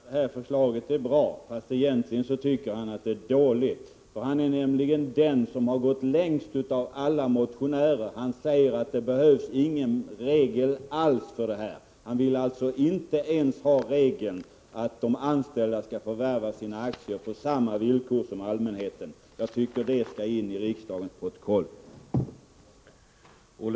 Herr talman! Olle Östrand säger att han tycker att detta förslag är bra, men egentligen tycker han att det är dåligt. Han är nämligen den av motionärerna som gått längst. Han säger att det inte behövs någon regel alls. Han vill alltså inte ens ha regeln att de anställda skall få förvärva sina aktier på samma villkor som allmänheten. Jag tycker att det skall tas in i riksdagens protokoll.